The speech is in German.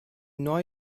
neu